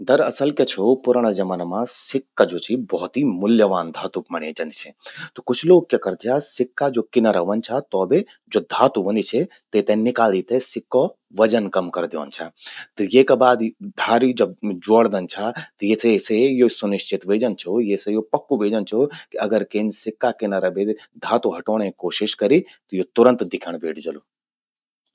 दरअसल क्या छो, पुराणा जमाना मां सिक्का ज्वो छो भौत ही मूल्यवान धातु मण्ये जंद छे। त कुछ लोग क्या करद छा, सिक्का ज्वो किनारा व्हंद छा, तो बे ज्वो धातु व्हंदि छे, तेते निकाली ते सिक्को वजन कम करि द्यंद छा। त येका बाद धारी जब ज्वोड़दन छा, ये तेसे यो सुनिश्चित व्हे जंद छो, येसे यो पक्कु व्हे जंद छो कि अगर केन सिक्का किनारा बे धातु हटौंणे कोशिश करि, त यो तुरंत दिख्यण बेठ जलु।